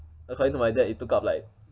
according to my dad it took up like